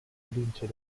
vince